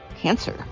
Cancer